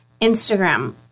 Instagram